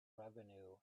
revenue